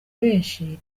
benshi